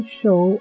show